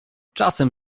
czasem